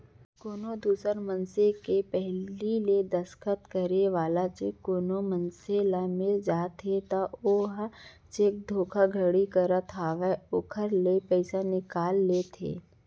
कोनो दूसर मनसे के पहिली ले दस्खत करे वाला चेक कोनो मनसे ल मिल जाथे त ओहा चेक धोखाघड़ी करत होय ओखर ले पइसा निकाल लेथे